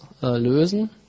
lösen